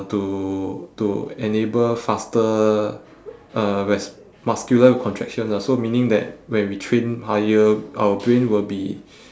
to to enable faster uh res~ muscular contraction lah so meaning that when we train higher our brain will be